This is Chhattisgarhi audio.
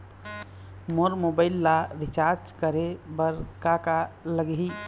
मोर मोबाइल ला रिचार्ज करे बर का का लगही?